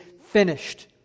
finished